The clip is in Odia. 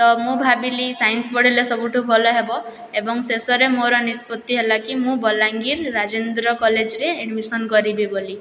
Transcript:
ତ ମୁଁ ଭାବିଲି ସାଇନ୍ସ ପଢ଼ିଲେ ସବୁଠାରୁ ଭଲ ହେବ ଏବଂ ଶେଷରେ ମୋର ନିଷ୍ପତି ହେଲାକି ମୁଁ ବଲାଙ୍ଗୀର ରାଜେନ୍ଦ୍ର କଲେଜରେ ଆଡ଼ମିସନ୍ କରିବି ବୋଲି